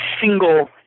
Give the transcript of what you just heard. single